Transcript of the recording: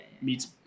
Meets